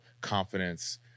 confidence